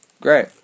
Great